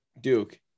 duke